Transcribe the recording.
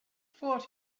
forty